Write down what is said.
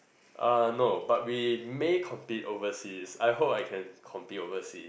uh no but we may compete overseas I hope we can compete oversea